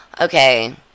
Okay